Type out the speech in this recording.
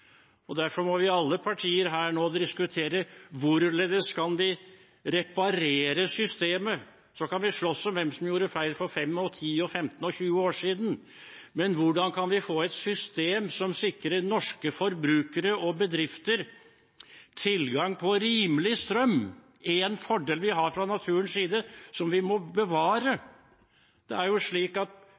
og derfor må alle partiene her nå diskutere hvorledes vi kan reparere systemet. Vi kan slåss om hvem som gjorde feil for fem, ti, femten eller tjue år siden, men hvordan kan vi få et system som sikrer norske forbrukere og bedrifter tilgang på rimelig strøm? Det er jo en fordel vi fra naturens side har, og som vi må bevare.